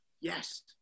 yes